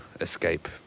escape